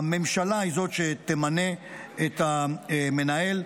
הממשלה היא זאת שתמנה את המנהל,